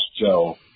Joe